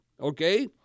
okay